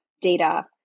data